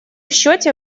счете